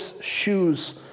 shoes